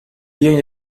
بیاین